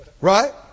Right